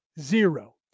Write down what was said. Zero